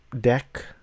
deck